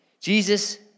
Jesus